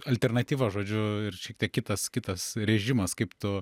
alternatyva žodžiu ir šiek tiek kitas kitas režimas kaip tu